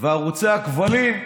וערוצי הכבלים,